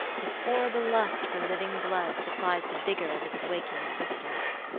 its horrible lust for living blood supplies the vigor of its waking existence.